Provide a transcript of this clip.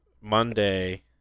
Monday